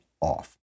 off